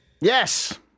Yes